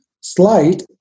slight